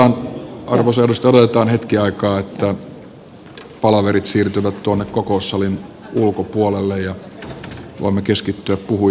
odotetaan arvoisa edustaja hetken aikaa että palaverit siirtyvät tuonne kokoussalin ulkopuolelle ja voimme keskittyä asiaan